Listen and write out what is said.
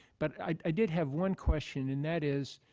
but i did have one question and that is